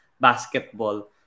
basketball